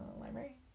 library